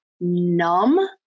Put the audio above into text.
numb